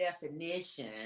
definition